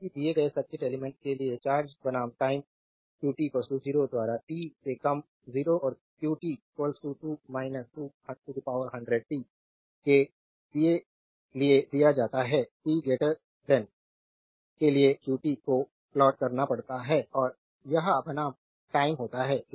तो किसी दिए गए सर्किट एलिमेंट्स के लिए चार्ज बनाम टाइम qt 0 द्वारा t से कम 0 और qt 2 2100t के लिए दिया जाता है t के लिए qt को प्लॉट करना पड़ता है और यह बनाम टाइम होता है